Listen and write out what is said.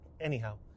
Anyhow